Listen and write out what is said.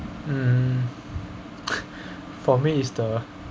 hmm for me is the